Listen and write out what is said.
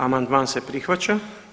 Amandman se prihvaća.